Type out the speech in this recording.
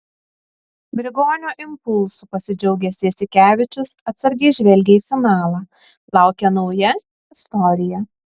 grigonio impulsu pasidžiaugęs jasikevičius atsargiai žvelgia į finalą laukia nauja istorija